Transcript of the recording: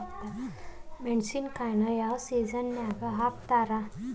ಮೆಣಸಿನಕಾಯಿನ ಯಾವ ಸೇಸನ್ ನಾಗ್ ಹಾಕ್ತಾರ?